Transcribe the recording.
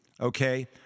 okay